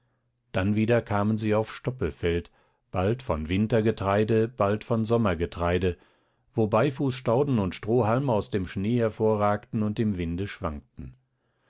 dann wieder kamen sie auf stoppelfeld bald von wintergetreide bald von sommergetreide wo beifußstauden und strohhalme aus dem schnee hervorragten und im winde schwankten